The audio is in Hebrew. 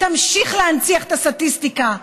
תמשיך להנציח את הסטטיסטיקה,